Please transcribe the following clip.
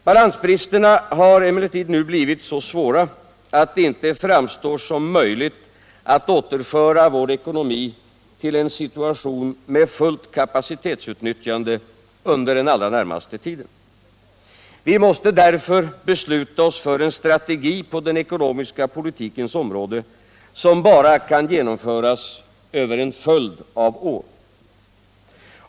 Balansbristerna har emellertid nu blivit så svåra att det inte framstår som möjligt att återföra vår ekonomi till en situation med fullt kapacitetsutnyttjande under den allra närmaste tiden. Vi måste därför besluta oss för en strategi på den ekonomiska politikens område som bara kan genomföras över en följd av år.